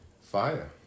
Fire